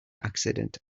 accident